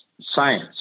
science